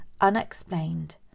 unexplained